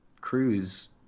cruise